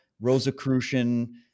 Rosicrucian